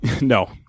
No